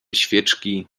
świeczki